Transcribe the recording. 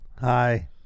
Hi